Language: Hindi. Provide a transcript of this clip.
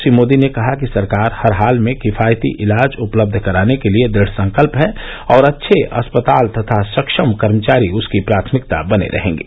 श्री मोदी ने कहा कि सरकार हर हाल में किफायती इलाज उपलब्ध कराने के लिए दुढसंकल्प है और अच्छे अस्पताल तथा सक्षम कर्मचारी उसकी प्राथमिकता बने रहेंगे